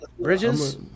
Bridges